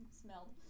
smelled